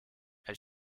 elle